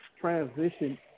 transition